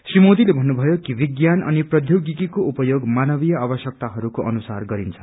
श्री मोदीले भन्नुभयो कि विज्ञान अनि प्रैष्पोगिकीको उपयोग मानवीय आवश्यकताहरूको अनुसार गरिन्छ